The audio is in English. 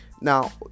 now